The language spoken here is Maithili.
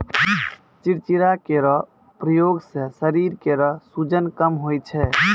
चिंचिड़ा केरो प्रयोग सें शरीर केरो सूजन कम होय छै